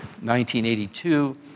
1982